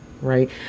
right